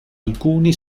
alcuni